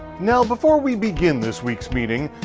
now before we begin this week's meeting,